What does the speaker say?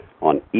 on